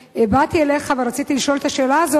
כשבאתי אליך ורציתי לשאול את השאלה הזאת,